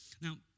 Now